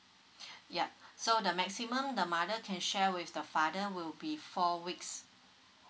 ya so the maximum the mother can share with the father will be four weeks